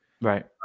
Right